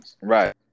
Right